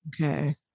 Okay